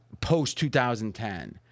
post-2010